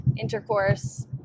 intercourse